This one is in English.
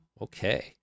Okay